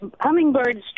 hummingbirds